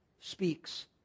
speaks